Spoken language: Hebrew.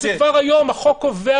החוק הזה,